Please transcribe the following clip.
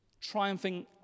triumphing